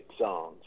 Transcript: songs